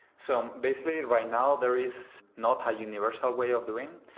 so basically right now, there is not a universal way of doing.